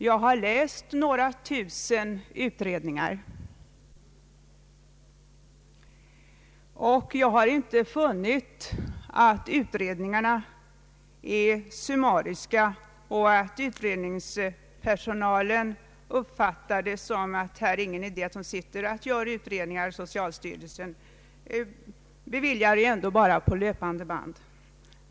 Jag har läst några tusen utredningar, och jag har inte funnit att utredningarna är summariska eller att utredningspersonalen anser att det inte är någon idé att sitta och göra utredningar åt socialstyrelsen. Den beviljar ju ändå på löpande band.